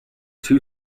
two